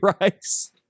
Rice